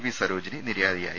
V Sarojini നിര്യാതയായി